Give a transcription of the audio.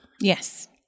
Yes